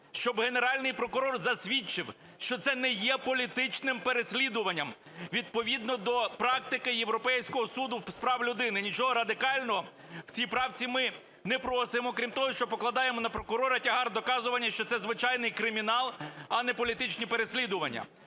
щоб Генеральний прокурор засвідчив, що це не є політичним переслідуванням відповідно до практики Європейського суду з прав людини. Нічого радикального в цій правці ми не просимо, крім того, що покладаємо на прокурора тягар доказування, що це звичайний кримінал, а не політичні переслідування.